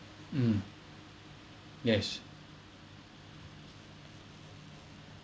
mm yes